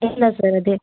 ಇಲ್ಲ ಸರ್ ಅದೆ